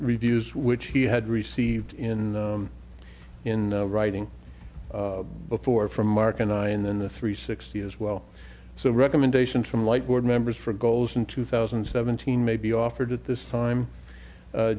reviews which he had received in in writing before from mark and i and then the three sixty as well so recommendations from light board members for goals in two thousand and seventeen may be offered at this time